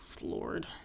lord